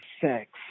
sex